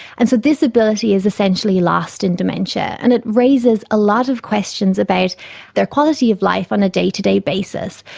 and so this ability is essentially lost in dementia. and it raises a lot of questions about their quality of life on a day-to-day basis.